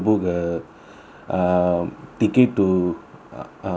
a ticket to uh ya